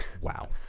Wow